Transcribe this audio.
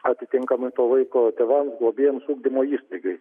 atitinkamai to vaiko tėvams globėjams ugdymo įstaigai